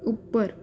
ਉੱਪਰ